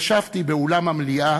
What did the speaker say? ישבתי באולם המליאה